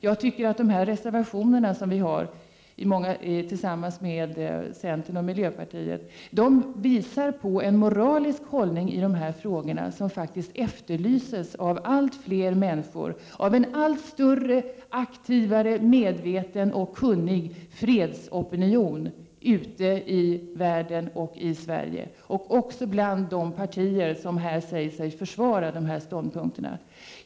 De reservationer som vänsterpartiet kommunisterna har avgivit tillsammans med centern och miljöpartiet visar på en moralisk hållning i dessa frågor som efterlyses av allt fler människor och av en allt större kunnig, aktiv och medveten fredsopinion i Sverige, i världen och också hos de partier som här säger sig försvara dessa ståndpunkter.